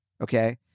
Okay